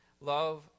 Love